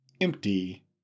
empty